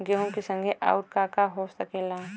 गेहूँ के संगे आऊर का का हो सकेला?